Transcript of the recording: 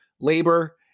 labor